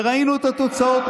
וראינו את התוצאות,